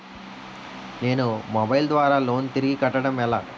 నేను మొబైల్ ద్వారా లోన్ తిరిగి కట్టడం ఎలా?